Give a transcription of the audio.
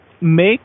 make